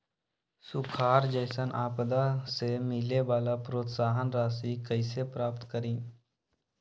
सुखार जैसन आपदा से मिले वाला प्रोत्साहन राशि कईसे प्राप्त करी?